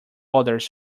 others